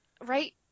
right